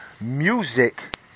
music